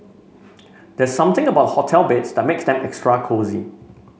there's something about hotel beds that makes them extra cosy